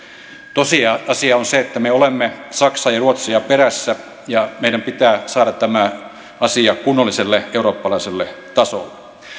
tosiasia on se että me olemme saksaa ja ruotsia perässä ja meidän pitää saada tämä asia kunnolliselle eurooppalaiselle tasolle